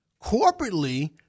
corporately